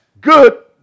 good